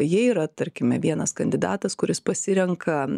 jie yra tarkime vienas kandidatas kuris pasirenka